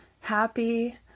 happy